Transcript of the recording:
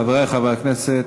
חברי חברי הכנסת,